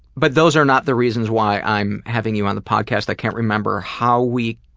but those are not the reasons why i'm having you on the podcast. i can't remember how we